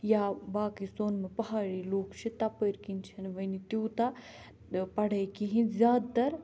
یا باقٕے سونمہٕ پہاڑی لوٗکھ چھِ تَپٲرۍ کِنۍ چھَنہٕ وُنہِ تیوٗتاہ پَڑھٲے کِہیٖنۍ زیادٕ تَر